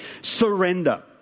Surrender